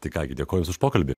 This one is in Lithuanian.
tai ką gi dėkoju už pokalbį